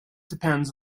depends